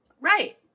Right